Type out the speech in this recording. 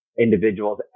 individuals